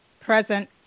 present